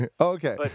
Okay